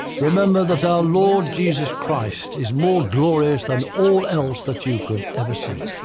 remember that our lord jesus christ is more glorious than all else that you could ever see.